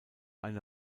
eine